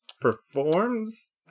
performs